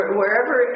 wherever